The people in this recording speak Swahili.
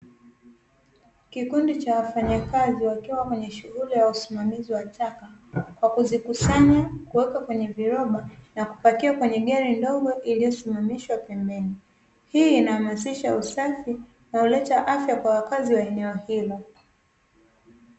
Kikundi cha wafanyakazi wakiwa kwenye shughuli ya usimamizi wa taka, wakizikusanya kuweka kwenye viroba na kupakia kwenye gari ndogo iliyosimamishwa pembeni. Hii inahamasisha usafi na huleta afya kwa wakazi wa eneo hilo.